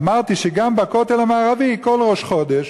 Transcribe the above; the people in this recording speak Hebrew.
אמרתי שגם בכותל המערבי בכל ראש חודש